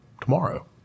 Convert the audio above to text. tomorrow